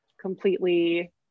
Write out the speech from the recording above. completely